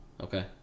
Okay